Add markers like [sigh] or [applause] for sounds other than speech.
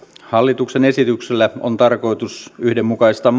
hallituksen esityksellä on tarkoitus yhdenmukaistaa [unintelligible]